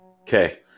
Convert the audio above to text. Okay